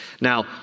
Now